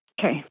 Okay